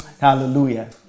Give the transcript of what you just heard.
Hallelujah